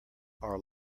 are